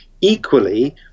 equally